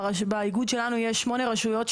באיגוד שלנו יש שמונה רשויות,